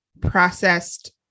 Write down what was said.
processed